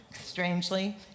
strangely